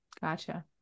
Gotcha